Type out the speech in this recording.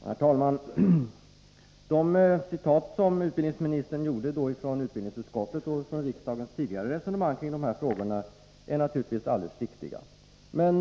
Herr talman! De citat som utbildningsministern gjorde från utbildningsutskottets uttalanden vid riksdagens tidigare resonemang kring dessa frågor är naturligtvis alldeles riktiga.